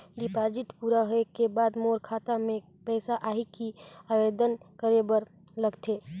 Deposit पूरा होय के बाद मोर खाता मे पइसा आही कि आवेदन करे बर लगथे?